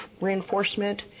reinforcement